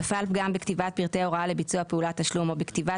נפל פגם בכתיבת פרטי הוראה לביצוע פעולת תשלום או בכתיבת